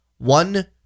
One